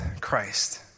Christ